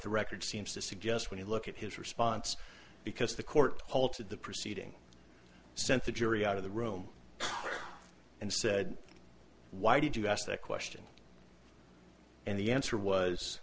the record seems to suggest when you look at his response because the court halted the proceeding sent the jury out of the room and said why did you ask that question and the answer was